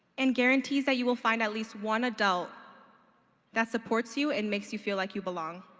and guarantees that you will find at least one adult that supports you and makes you feel like you belong.